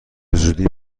زودی